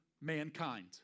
mankind